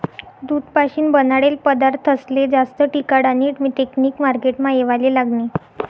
दूध पाशीन बनाडेल पदारथस्ले जास्त टिकाडानी टेकनिक मार्केटमा येवाले लागनी